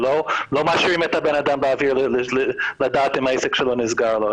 לא משאירים את הבן אדם באוויר בלי לדעת אם העסק שלו נסגר או לא.